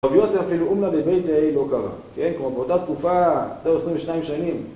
רב יוסף, אפילו אומלה בביתיה לא קרא. כן? כלומר באותה תקופה, יותר מ22 שנים